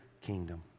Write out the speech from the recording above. kingdom